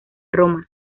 roma